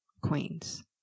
Queens